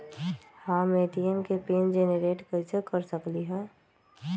हम ए.टी.एम के pin generate कईसे कर सकली ह?